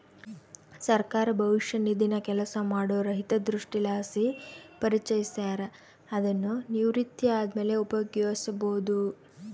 ಸರ್ಕಾರ ಭವಿಷ್ಯ ನಿಧಿನ ಕೆಲಸ ಮಾಡೋರ ಹಿತದೃಷ್ಟಿಲಾಸಿ ಪರಿಚಯಿಸ್ಯಾರ, ಅದುನ್ನು ನಿವೃತ್ತಿ ಆದ್ಮೇಲೆ ಉಪಯೋಗ್ಸ್ಯಬೋದು